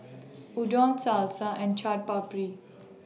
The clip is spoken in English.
Udon Salsa and Chaat Papri